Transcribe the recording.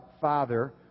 father